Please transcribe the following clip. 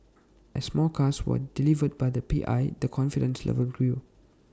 as more cars were delivered by the P I the confidence level grew